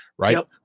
Right